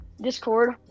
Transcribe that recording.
Discord